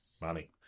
money